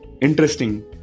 Interesting